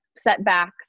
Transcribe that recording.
setbacks